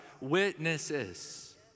witnesses